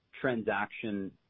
transaction